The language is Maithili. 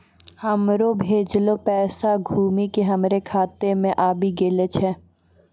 हमरो भेजलो पैसा घुमि के हमरे खाता मे आबि गेलो छै